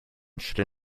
should